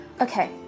Okay